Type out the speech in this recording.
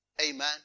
Amen